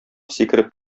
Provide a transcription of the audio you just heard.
сикереп